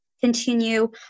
continue